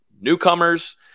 newcomers